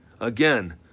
Again